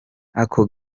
ako